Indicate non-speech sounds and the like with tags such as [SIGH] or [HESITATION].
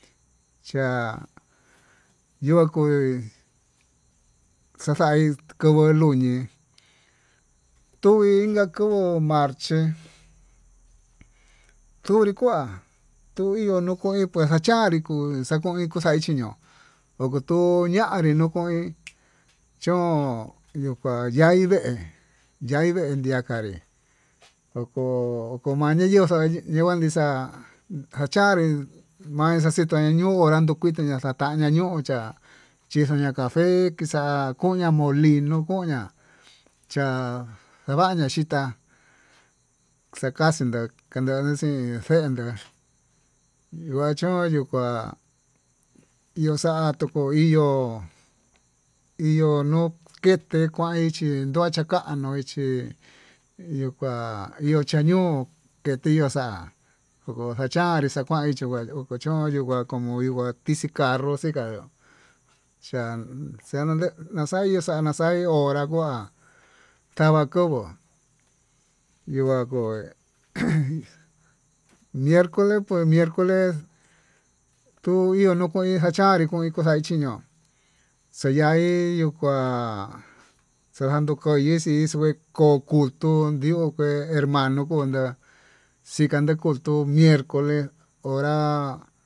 Cha yo'o kuii xaxai kovo'o luñii [HESITATION] tui iin ka ko'o ma'á marche tunrí kuá tuu iho tokoi kué xachanrí kuu xakuin xacha xee ño'o okotuu ñanré nuu koin, chón yuka ñaí inde ñaindé ñakanrí oko oko manii yo'o xaí yenguo nixa'a kacanré mai ixitai ñuu onran ndukuite naxaxa ñaxacha ña'a ñuu chá chixaña café xa' kuña molino kuña, cha'a xevaña xhitá xakaxi no'o kandui xendé yuu ha chón yuu kuá iho xan tuko ihó, iho no'o kete kuan chí docha kanuu chí iho kuan yuu chaño'o ketió xa'a ndoko xa'a chanrí xakuan chikuyó kochon yo'o kua kuu no'o ndikua tixii carro inka chande ian xaí ixa'a naxaí ho nrakua xava'a kovo'o yuá ko'e, ejen miercoles pues miercoles tuu iho o'o kin xachanri kuin, koxai chiño'o xayaí yuu kuá xayandó ko'i xii yé ko'o kuton ndió oké hermano nokundá xikane kutuu miercoles hora.